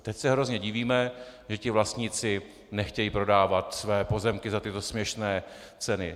A teď se hrozně divíme, že vlastníci nechtějí prodávat své pozemky za tyto směšné ceny.